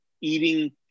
eating